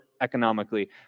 economically